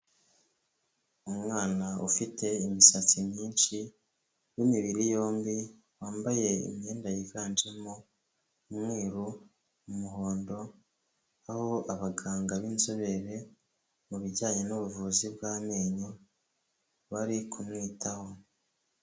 Umwana ufite imisatsi myinshi w'imibiri yombi wambaye imyenda yiganjemo umweru, umuhondo, aho abaganga b'inzobere mubijyanye n'ubuvuzi bw'amenyo bari kumwitaho.